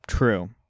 True